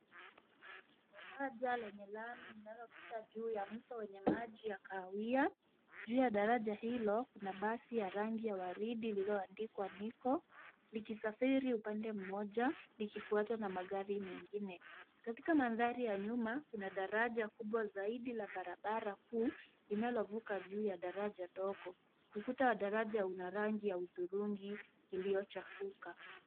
Daraja lenye lami linalopita juu ya mto wenye maji ya kahawia. Juu ya daraja hilo, kuna basi ya rangi ya waridi lililoandikwa Nico likisafiri upande mmoja, likifuatwa na magari mengine. Katika mandhari ya nyuma, kuna daraja kubwa zaidi la barabara kuu, linalovuka juu ya daraja ndogo. Ukuta wa daraja una rangi ya hudhurungi iliyochafuka.